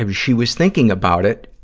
um she was thinking about it,